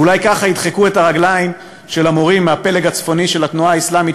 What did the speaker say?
ואולי ככה ידחקו את רגליהם של המורים מהפלג הצפוני של התנועה האסלאמית,